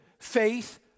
faith